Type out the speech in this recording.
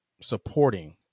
supporting